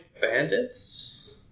bandits